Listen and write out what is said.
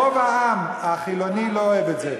רוב העם החילוני לא אוהב את זה.